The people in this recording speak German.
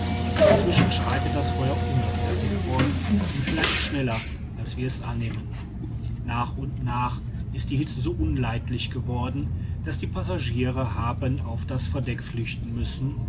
inzwischen schreitet das feuer unablässig fort und vielleicht schneller als wir es annehmen nach und nach ist die hitze so unleidlich geworden daß die passagiere haben auf das verdeck flüchten müssen